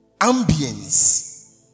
ambience